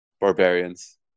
barbarians